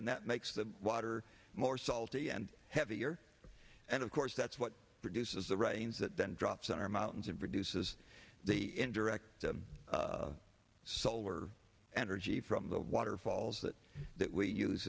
and that makes the water more salty and heavier and of course that's what produces the writings that then drops on our mountains and produces the indirect to solar energy from the waterfalls that that we use